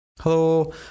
Hello